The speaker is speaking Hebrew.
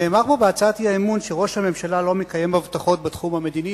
נאמר פה בהצעת האי-אמון שראש הממשלה לא מקיים הבטחות בתחום המדיני.